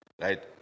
right